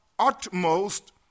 Utmost